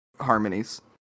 harmonies